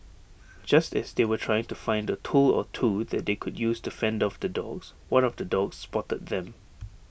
just as they were trying to find A tool or two that they could use to fend off the dogs one of the dogs spotted them